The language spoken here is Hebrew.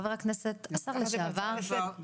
חבר הכנסת והשר לשעבר יעקב ליצמן.